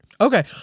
Okay